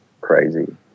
crazy